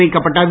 வைக்கப்பட்டது